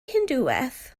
hindŵaeth